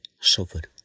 suffered